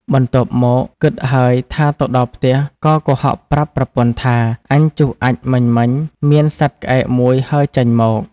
បន្ទាប់មកគិតហើយថាទៅដល់ផ្ទះក៏កុហកប្រាប់ប្រពន្ធថា “អញជុះអាចម៍មិញៗ មានសត្វក្អែកមួយ ហើរចេញមក។